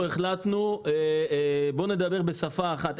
החלטנו לדבר בשפה אחת.